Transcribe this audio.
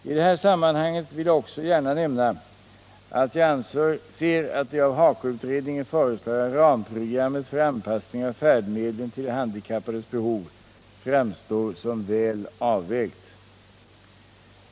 I det här sammanhanget vill jag också gärna nämna att jag anser att det av HAKO-utredningen föreslagna ramprogrammet för anpassning av färdmedlen till de handikappades behov framstår som väl avvägt.